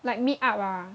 like meet up ah